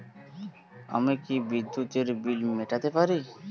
আমি কি বিদ্যুতের বিল মেটাতে পারি?